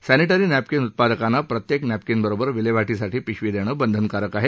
sanitary napkin उत्पादकांना प्रत्येक napkin बरोबर विल्हेवाटीसाठी पिशवी देणे बंधनकारक आहे